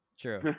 true